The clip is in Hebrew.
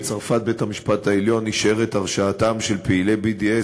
בצרפת בית-המשפט העליון אישר את הרשעתם של פעילי BDS